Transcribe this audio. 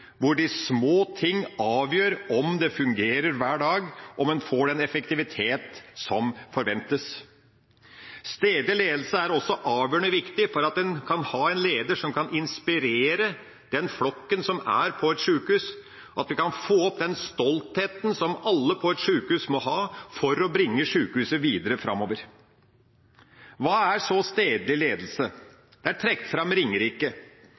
hvor de små ting avgjør om det fungerer hver dag, om en får den effektivitet som forventes. Stedlig ledelse er også avgjørende viktig for at en kan ha en leder som kan inspirere den flokken som er på et sjukehus, at en kan få opp den stoltheten som alle på et sjukehus må ha for å bringe sjukehuset videre framover. Hva er så stedlig ledelse? Jeg trekker fram Ringerike.